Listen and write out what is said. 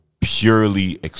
purely